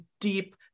deep